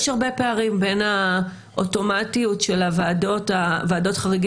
יש הרבה פערים בין האוטומטית של ועדות חריגים